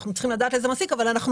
אנחנו צריכים לדעת לאיזה מעסיק אבל אנחנו